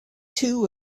two